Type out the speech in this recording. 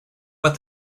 but